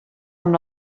amb